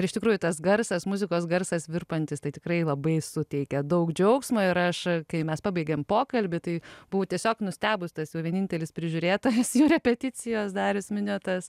ir iš tikrųjų tas garsas muzikos garsas virpantis tai tikrai labai suteikia daug džiaugsmo ir aš kai mes pabaigėm pokalbį tai buvau tiesiog nustebus tas jų vienintelis prižiūrėtojas jų repeticijos darius miniotas